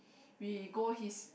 we go his